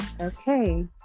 Okay